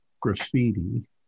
graffiti